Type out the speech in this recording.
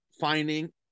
finding